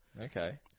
Okay